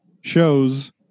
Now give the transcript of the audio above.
shows